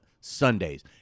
sundays